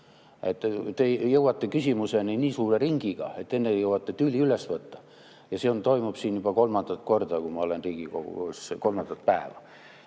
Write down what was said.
Te jõuate küsimuseni nii suure ringiga, et enne jõuate tüli üles võtta, ja see toimub siin juba kolmandat korda, kui ma olen Riigikogus, kolmandat päeva. See